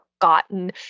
forgotten